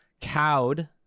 cowed